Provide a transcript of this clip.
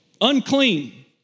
unclean